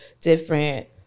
different